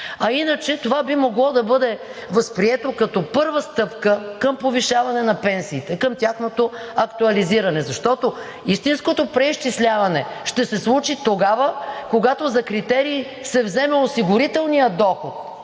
А иначе това би могло да бъде възприето като първа стъпка към повишаване на пенсиите, към тяхното актуализиране. Защото истинското преизчисляване ще се случи тогава, когато за критерий се вземе осигурителният доход